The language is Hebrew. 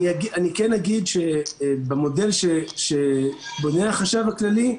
אני כן אגיד שבמודל שבונה החשב הכללי,